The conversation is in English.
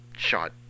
shot